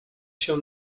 się